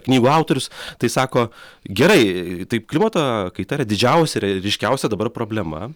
knygų autorius tai sako gerai tai klimato kaita yra didžiausia ir ryškiausia dabar problema